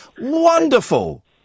Wonderful